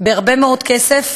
בהרבה מאוד כסף